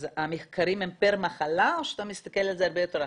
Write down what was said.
אז המחקרים הם פר מחלה או שאתה מסתכל על זה הרבה יותר רחב?